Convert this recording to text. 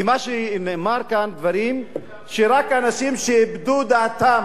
כי מה שנאמר כאן, דברים שרק אנשים שאיבדו דעתם,